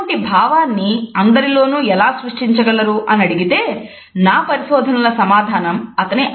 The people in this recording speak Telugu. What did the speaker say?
ఇటువంటి భావాన్ని అందరిలోనూ ఎలా సృష్టించగలరు అని అడిగితే నా పరిశోధనల సమాధానం అతని ఐ కాంటాక్ట్